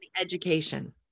education